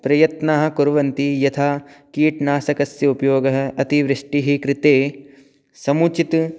प्रयत्नं कुर्वन्ति यथा कीटनाशकस्य उपयोगः अतिवृष्टिः कृते समुचित